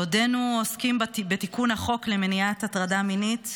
בעודנו עוסקים בתיקון החוק למניעת הטרדה מינית,